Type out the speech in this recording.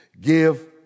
Give